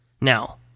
Now